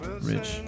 Rich